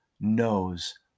knows